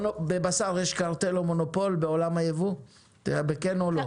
בבשר יש קרטל או מונופול בעולם הייבוא, כן או לא?